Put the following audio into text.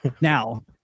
Now